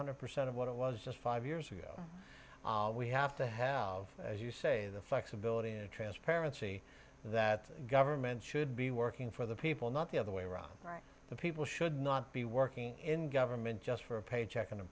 hundred percent of what it was just five years ago we have to have as you say the flexibility of transparency that government should be working for the people not the other way round the people should not be working in government just for a paycheck and a